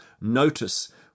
notice